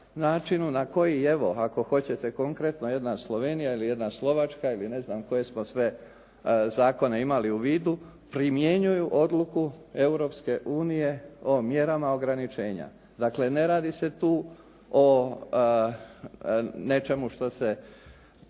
načinu na koji evo ako hoćete konkretno jedna Slovenija, jedna Slovačka ili ne znam koje smo sve zakone imali u vidu primjenjuju Odluku Europske unije o mjerama ograničenja. Dakle, ne radi se tu o nečemu što se